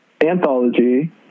Anthology